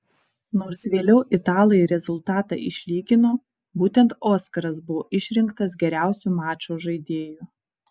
nors vėliau italai rezultatą išlygino būtent oskaras buvo išrinktas geriausiu mačo žaidėju